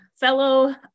Fellow